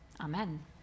amen